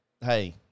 hey